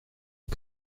aux